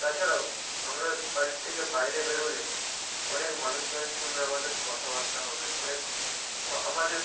তাছাড়াও আমরা বাড়ির থেকে বাইরে বেরোলে অনেক মানুষজনের সঙ্গে আমাদের কথাবার্তা হবে অনেক আ আমাদের